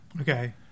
Okay